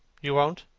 you won't?